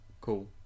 Cool